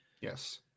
Yes